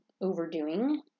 overdoing